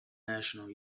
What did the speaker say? national